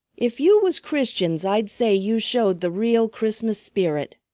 if you was christians i'd say you showed the real christmas spirit.